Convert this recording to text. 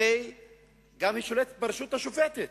הרי היא שולטת גם ברשות השופטת,